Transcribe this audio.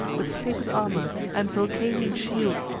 with fated armor, and vulcanian shield!